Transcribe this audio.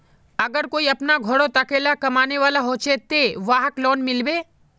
अगर कोई अपना घोरोत अकेला कमाने वाला होचे ते वहाक लोन मिलबे?